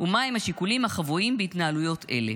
ומהם השיקולים החבויים בהתנהלויות האלה?